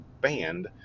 banned